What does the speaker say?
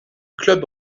club